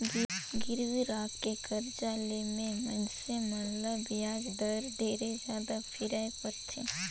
गिरवी राखके करजा ले मे मइनसे मन ल बियाज दर ढेरे जादा फिराय परथे